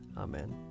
Amen